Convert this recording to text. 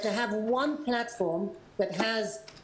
כשיש פלטפורמה אחת שיש לה את הקשת,